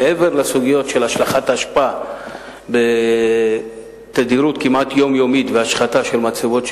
מעבר לסוגיות של השלכת אשפה בתדירות כמעט יומיומית והשחתת מצבות.